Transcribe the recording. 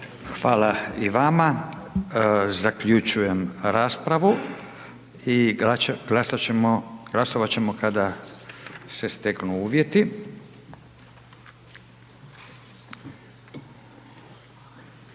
Hvala i vama. Zaključujem raspravu i glasovat ćemo kada se steknu uvjeti.